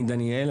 אני דניאל,